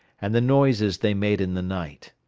and the noises they made in the night.